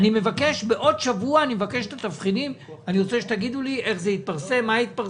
בעוד שבוע ארצה את התבחינים ואם לא